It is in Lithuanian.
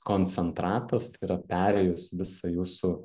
koncentratas tai yra perėjus visą jūsų